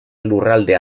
lurralde